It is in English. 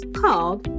called